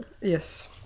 Yes